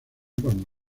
cuándo